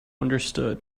understood